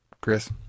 Chris